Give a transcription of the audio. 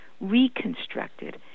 reconstructed